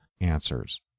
answers